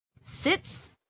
Sits